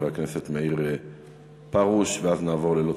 חבר הכנסת מאיר פרוש,